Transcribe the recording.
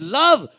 love